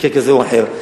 מקרה כזה או אחר.